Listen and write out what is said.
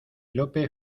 lope